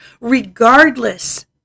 regardless